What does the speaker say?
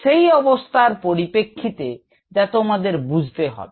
সেই অবস্থার পরিপ্রেক্ষিতে যা তোমাদের বুঝতে হবে